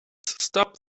stop